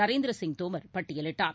Narendra Singh Tomar பட்டியிலிட்டார்